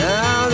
Now